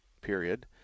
period